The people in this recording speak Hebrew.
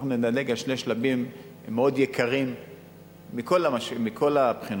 אנחנו נדלג על שני שלבים מאוד יקרים מכל הבחינות.